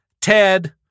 Ted